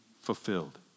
fulfilled